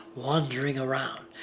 wandering around.